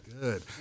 Good